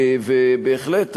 ובהחלט,